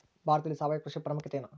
ಭಾರತದಲ್ಲಿ ಸಾವಯವ ಕೃಷಿಯ ಪ್ರಾಮುಖ್ಯತೆ ಎನು?